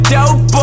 Dope